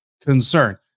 concern